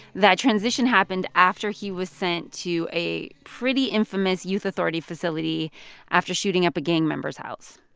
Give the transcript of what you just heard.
that transition happened after he was sent to a pretty infamous youth authority facility after shooting up gang member's house